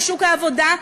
לשוק העבודה,